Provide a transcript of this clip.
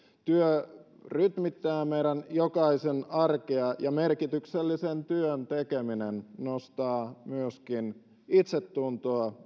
työ rytmittää meidän jokaisen arkea ja merkityksellisen työn tekeminen nostaa myöskin itsetuntoa